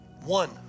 one